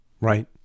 Right